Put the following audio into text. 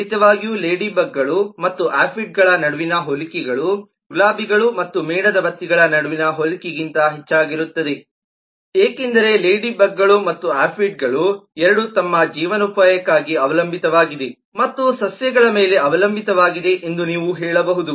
ಖಂಡಿತವಾಗಿಯೂ ಲೇಡಿಬಗ್ಗಳು ಮತ್ತು ಆಫಿಡ್ಗಳ ನಡುವಿನ ಹೋಲಿಕೆಗಳು ಗುಲಾಬಿಗಳು ಮತ್ತು ಮೇಣದ ಬತ್ತಿಗಳ ನಡುವಿನ ಹೋಲಿಕೆಗಳಿಗಿಂತ ಹೆಚ್ಚಾಗಿರುತ್ತದೆ ಏಕೆಂದರೆ ಲೇಡಿಬಗ್ಗಳು ಮತ್ತು ಆಫಿಡ್ ಗಳು ಎರಡೂ ತಮ್ಮ ಜೀವನೋಪಾಯಕ್ಕಾಗಿ ಅವಲಂಬಿತವಾಗಿವೆ ಮತ್ತು ಸಸ್ಯಗಳ ಮೇಲೆ ಅವಲಂಬಿತವಾಗಿವೆ ಎಂದು ನೀವು ಹೇಳಬಹುದು